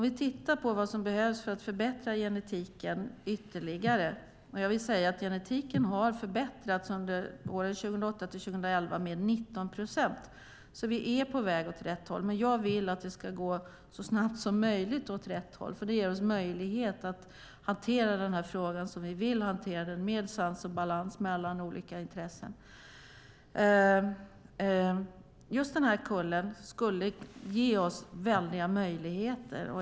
Vi tittar på vad som behövs för att förbättra genetiken ytterligare, och jag vill säga att genetiken har förbättrats - under 2008-2011 med 19 procent. Vi är alltså på väg åt rätt håll, men jag vill att det ska gå åt rätt håll så snabbt som möjligt, för det ger oss möjlighet att hantera den här frågan som vi vill hantera den, med sans och balans mellan olika intressen. Just den här kullen skulle ge oss väldiga möjligheter.